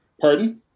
pardon